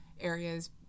areas